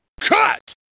Cut